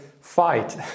fight